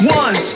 one